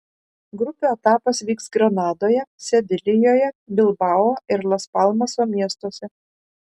grupių etapas vyks granadoje sevilijoje bilbao ir las palmaso miestuose